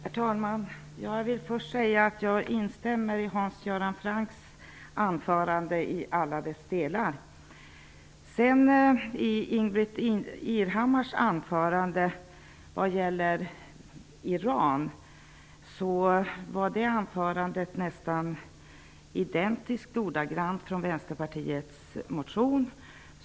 Herr talman! Jag vill först säga att jag instämmer i Hans Göran Francks anförande i alla dess delar. Ingbritt Irhammars anförande när det gällde Iran var nästan identiskt och ordagrannt lika Vänsterpartiets motion.